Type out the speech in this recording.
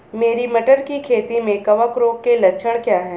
मेरी मटर की खेती में कवक रोग के लक्षण क्या हैं?